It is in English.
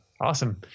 Awesome